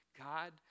God